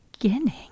beginning